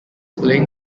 playing